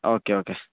okay okay